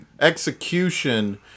Execution